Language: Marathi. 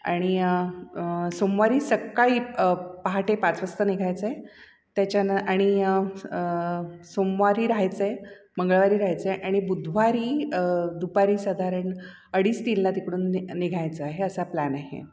आणि सोमवारी सकाळी पाहाटे पाच वाजता निघायचंय त्याच्यानं आणि सोमवारी राहायचंय मंगळवारी राहायचंय आणि बुधवारी दुपारी साधारण अडीच तीलला तिकडून निघायचं आहे असा प्लॅन आहे